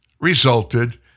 resulted